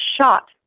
shot